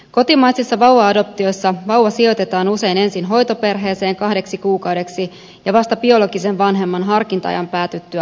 kotimaisissa vauva adoptioissa vauva sijoitetaan usein ensin hoitoperheeseen kahdeksi kuukaudeksi ja vasta biologisen vanhemman harkinta ajan päätyttyä adoptioperheeseen